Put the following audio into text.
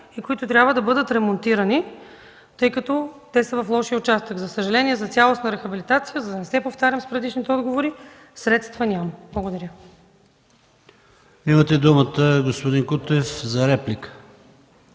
и които трябва да бъдат ремонтирани, тъй като те са в лошия участък. За съжаление, за цялостна рехабилитация, за да не се повтарям с предишните отговори, средства няма. Благодаря.